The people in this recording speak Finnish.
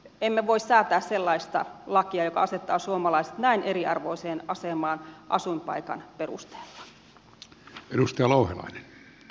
emme voi säätää sellaista lakia joka asettaa suomalaiset näin eriarvoiseen asemaan asuinpaikan perusteella